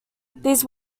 these